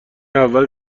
اول